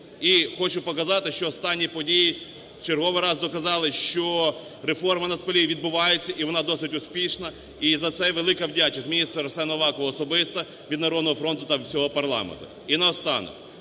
І хочу показати, що останні події в черговий раз доказали, що реформа Нацполіції відбувається і вона досить успішна, і за це є велика вдячність міністру Арсену Авакову особиста від "Народного фронту" та всього парламенту. І наостанок.